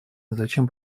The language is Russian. зачем